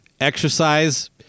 exercise